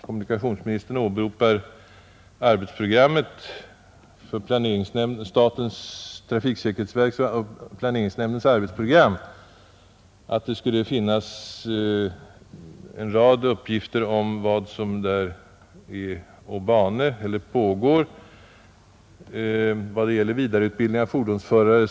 Kommunikationsministern åberopar statens trafiksäkerhetsverks och planeringsnämndens arbetsprogram och säger att det skulle finnas en rad uppgifter om vad som där pågår vad gäller vidareutbildning av fordonsförare.